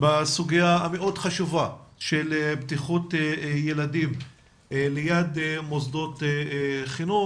בסוגיה המאוד חשוב של בטיחות ילדים ליד מוסדות חינוך.